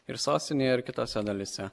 ir sostinėje ir kitose dalyse